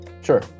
Sure